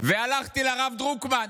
והלכתי לרב דרוקמן.